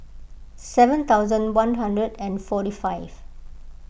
seven thousand one hundred and forty five